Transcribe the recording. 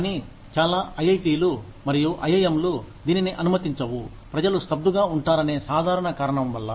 కానీ చాలా ఐఐటిలు మరియు ఐఐఎంలు దీనిని అనుమతించవు ప్రజలు స్తబ్దుగా ఉంటారనే సాధారణ కారణం వల్ల